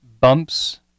bumps